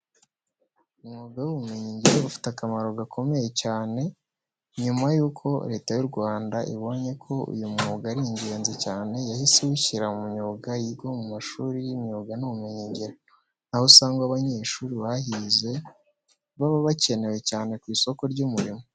Umwuga w'ububumbyi ufite akamaro gakomeye cyane. Nyuma yuko Leta y'u Rwanda ibonye ko uyu mwuga ari ingenzi cyane yahise uwushyira mu myuga yigwa mu mashuri y'imyuga n'ubumenyingiro. Aho usanga abanyeshuri bahize baba bakenewe cyane ku isoko ry'umurimo.